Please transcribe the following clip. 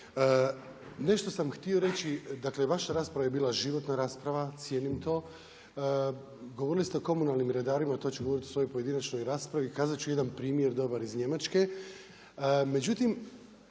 Nešto sam htio reći dakle vaša rasprava je bila životna rasprava, cijenim to, govorili ste o komunalnim redarima to ću govoriti u svojoj pojedinačnoj raspravi, kazat ću jedan primjer dobar iz Njemačke